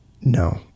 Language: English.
no